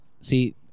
See